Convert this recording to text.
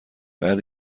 بعد